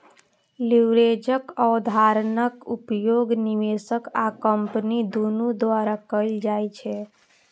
लीवरेजक अवधारणाक उपयोग निवेशक आ कंपनी दुनू द्वारा कैल जाइ छै